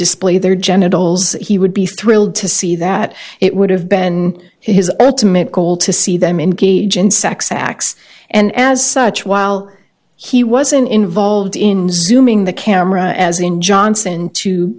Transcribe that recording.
display their genitals he would be thrilled to see that it would have been his ultimate goal to see them engage in sex acts and as such while he was in involved in the camera as in johnson to